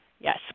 Yes